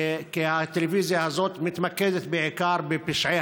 כי הטלוויזיה הזאת מתמקדת בעיקר בפשעי